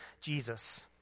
Jesus